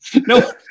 No